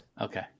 Okay